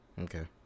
Okay